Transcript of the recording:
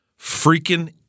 Freaking